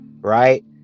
right